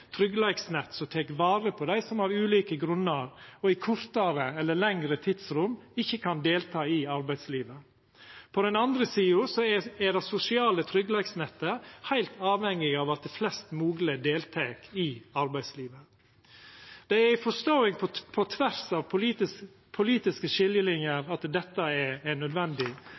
tryggleiksnett som tek vare på dei som av ulike grunnar og i kortare eller lengre tidsrom ikkje kan delta i arbeidslivet. På den andre sida er det sosiale tryggleiksnettet heilt avhengig av at flest mogleg deltek i arbeidslivet. Det er ei forståing på tvers av politiske skiljelinjer av at dette er nødvendig,